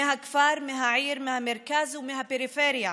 מהכפר, מהעיר, מהמרכז ומהפריפריה